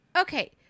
Okay